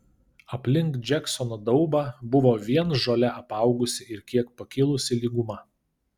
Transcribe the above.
aplink džeksono daubą buvo vien žole apaugusi ir kiek pakilusi lyguma